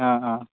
অঁ অঁ